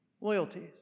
loyalties